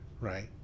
Right